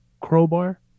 Crowbar